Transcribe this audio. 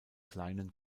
kleinen